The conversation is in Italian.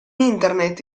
internet